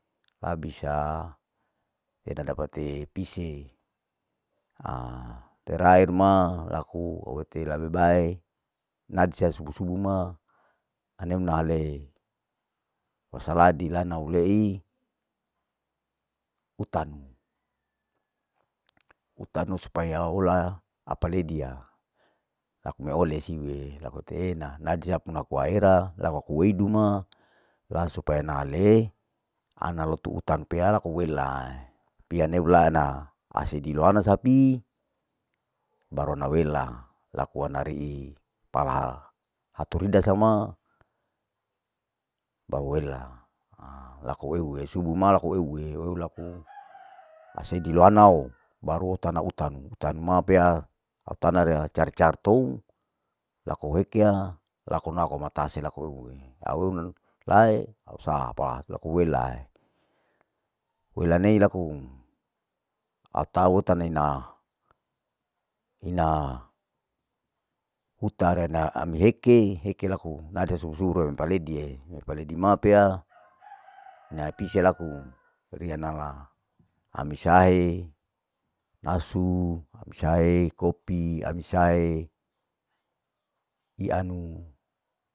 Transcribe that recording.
Abisa edadapate pisie, aterakhir ma laku hulete lebe bae, nadsa subu subu ma, ane una halei wasaladi lanal lei, utanu, utanu supaya hula apa ledia, laku meole siwilaku teena nadia unaku aera laku aku weidu ma ra supaya nahale ana otun utang pea laku wela, pie leu la'na asedi loana sapi baru ana weila laku ana rei pala haturida sama baru wela ha, laku ehue subu ma laku ehue asedi lohanao baru tana utanu, utanu ma pea, au tana rea car car to laku wekea, laku ma koma tase lakue, au nan lae au saa pas, laku welae, wela nei laku au ta untanu laku ina utarana ami heke, heke laku nadea subuh subuh roron paledie, paledi ma pea na pise laku riya nala, ami sae nasu, ami sae kopi, ami sae ianu.